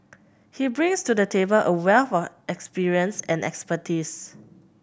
he brings to the table a wealth of experience and expertise